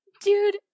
dude